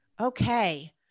Okay